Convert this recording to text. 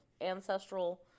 ancestral